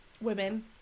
women